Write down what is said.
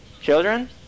Children